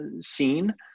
scene